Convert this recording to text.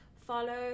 follow